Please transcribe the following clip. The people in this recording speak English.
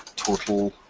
total